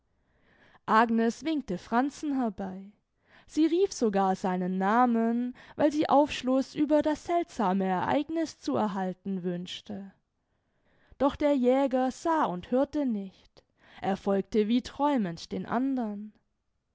agnes winkte franzen herbei sie rief sogar seinen namen weil sie aufschluß über das seltsame ereigniß zu erhalten wünschte doch der jäger sah und hörte nicht er folgte wie träumend den andern